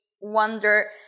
wonder